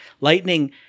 Lightning